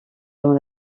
dont